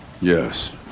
Yes